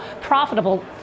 profitable